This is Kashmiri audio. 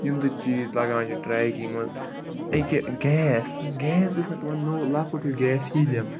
یِم تہِ چیٖز لَگان چھِ ٹریکِنٛگ منٛز أکیٛاہ گیس گیس وٕچھ مےٚ تِمَن نوٚو لۄکُٹ ہیوٗ گیس ہیٖلِم